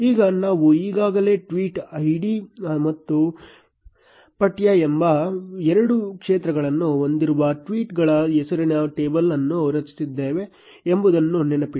ಈಗ ನಾವು ಈಗಾಗಲೇ ಟ್ವೀಟ್ ಐಡಿ ಮತ್ತು ಪಠ್ಯ ಎಂಬ ಎರಡು ಕ್ಷೇತ್ರಗಳನ್ನು ಹೊಂದಿರುವ ಟ್ವೀಟ್ಗಳ ಹೆಸರಿನ ಟೇಬಲ್ ಅನ್ನು ರಚಿಸಿದ್ದೇವೆ ಎಂಬುದನ್ನು ನೆನಪಿಡಿ